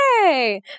Yay